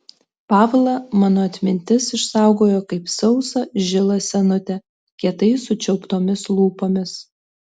pavlą mano atmintis išsaugojo kaip sausą žilą senutę kietai sučiauptomis lūpomis